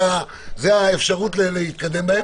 זאת האפשרות להתקדם בהם.